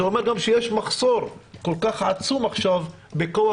זה גם אומר שיש עכשיו מחסור עצום בכוח